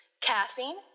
Caffeine